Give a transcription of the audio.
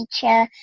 teacher